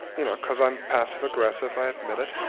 you know because i'm passive-aggressive, i admit it.